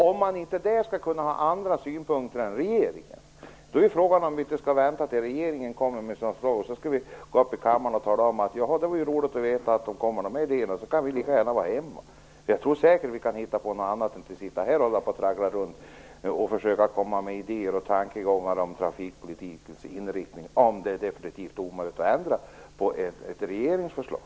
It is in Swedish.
Om man inte där skall kunna ha några andra sypunkter än regering är frågan om man inte skall vänta tills regeringen kommer med sina förslag. Sedan går vi upp i debatten i kammaren och säger: Det var ju roligt att veta att de här förslagen kommer. Då kan vi lika gärna vara hemma. Jag tror säkert att vi kan hitta på något annat att göra än att sitta här och traggla runt och försöka att komma med idéer och tankegångar om trafikpolitikens inriktning, om det är definitivt omöjligt att ändra på ett regeringsförslag.